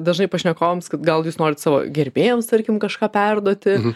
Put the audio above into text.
dažai pašnekovams kad gal jūs norit savo gerbėjams tarkim kažką perduoti